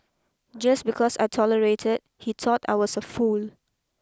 just because I tolerated he thought I was a fool